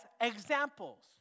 examples